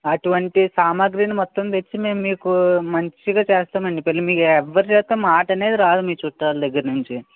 అటువంటి సామగ్రిని మొత్తం తెచ్చి మేము మీకు మంచిగా చేస్తామండి పెళ్ళి మీకు ఎవ్వరి చేత మాటనేది రాదు మీ చుట్టాల దగ్గర్నుంచి